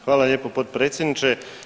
Hvala lijepo potpredsjedniče.